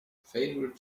favourite